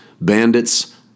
bandits